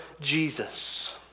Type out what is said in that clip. Jesus